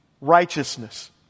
Righteousness